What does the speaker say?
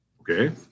Okay